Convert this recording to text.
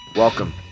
Welcome